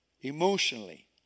emotionally